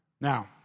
Now